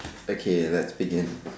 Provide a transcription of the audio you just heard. okay let's begin